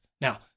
Now